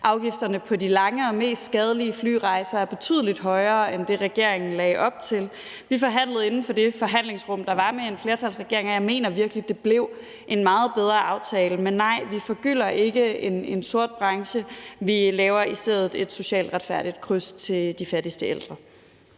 afgifterne på de lange og mest skadelige flyrejser er betydelig højere end det, regeringen lagde op til. Vi forhandlede inden for det forhandlingsrum, der var med en flertalsregering, og jeg mener virkelig, det blev en meget bedre aftale. Men nej, vi forgylder ikke en sort branche. Vi laver i stedet et socialt retfærdigt kryds til de fattigste ældre.